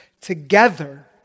together